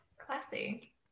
Classy